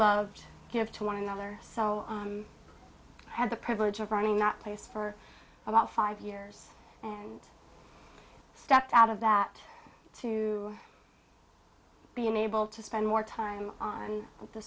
have to one another so i had the privilege of running not place for about five years and stepped out of that to be unable to spend more time on the